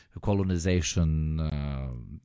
colonization